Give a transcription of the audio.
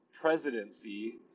presidency